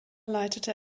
leitete